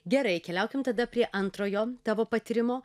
gerai keliaukim tada prie antrojo tavo patyrimo